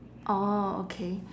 orh okay